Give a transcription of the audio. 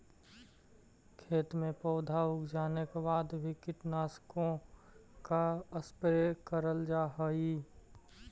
खेतों में पौधे उग जाने के बाद भी कीटनाशकों का स्प्रे करल जा हई